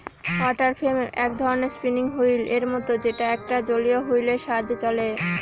water frame এক ধরনের spinning wheel এর মত যেটা একটা জলীয় হুইল এর সাহায্যে চলে